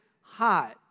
hot